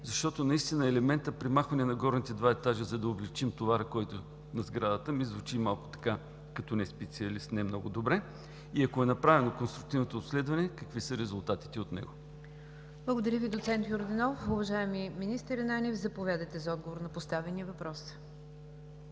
защото наистина елементът премахване на горните два етажа, за да не увеличим товара на сградата, ми звучи малко като неспециалист, не много добре? Ако е направено конструктивното обследване, какви са резултатите от него? ПРЕДСЕДАТЕЛ НИГЯР ДЖАФЕР: Благодаря Ви, доцент Йорданов. Уважаеми министър Ананиев, заповядайте за отговор на поставения въпрос.